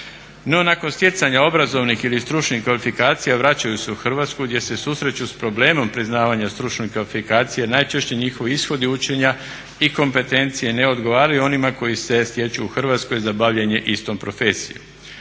nakon stjecanja obrazovnih ili stručnih kvalifikacija vraćaju se u Hrvatsku gdje se susreću s problemom priznavanja stručnih kvalifikacija i najčešće njihovi ishodi učenja i kompetencije ne odgovaraju onima koji se stječu u Hrvatskoj za bavljenje istom profesijom.